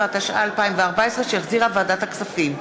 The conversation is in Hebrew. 15), התשע"ה 2014, שהחזירה ועדת הכספים,